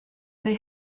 they